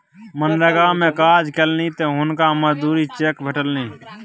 मनरेगा मे काज केलनि तँ हुनका मजूरीक चेक भेटलनि